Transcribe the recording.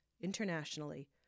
internationally